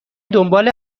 دنبال